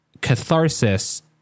catharsis